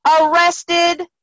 arrested